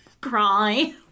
Cry